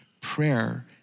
Prayer